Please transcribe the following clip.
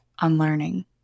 unlearning